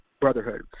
brotherhood